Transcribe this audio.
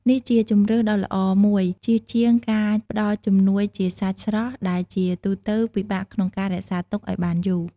នេះជាជម្រើសដ៏ល្អមួយ ជៀសជាងការផ្តល់ជំនួសជាសាច់ស្រស់ ដែលជាទូទៅពិបាកក្នុងការរក្សាទុកឲ្យបានយូរ។